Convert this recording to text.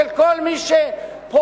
שכל מי שפועל,